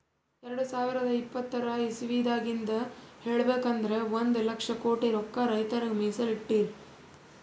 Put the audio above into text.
ಎರಡ ಸಾವಿರದ್ ಇಪ್ಪತರ್ ಇಸವಿದಾಗಿಂದ್ ಹೇಳ್ಬೇಕ್ ಅಂದ್ರ ಒಂದ್ ಲಕ್ಷ ಕೋಟಿ ರೊಕ್ಕಾ ರೈತರಿಗ್ ಮೀಸಲ್ ಇಟ್ಟಿರ್